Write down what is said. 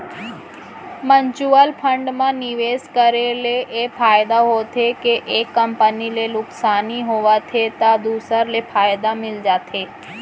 mutual fund म निवेस करे ले ए फायदा होथे के एक कंपनी ले नुकसानी होवत हे त दूसर ले फायदा मिल जाथे